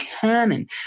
common